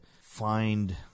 find